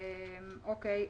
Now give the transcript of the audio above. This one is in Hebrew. אוקי.